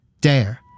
Dare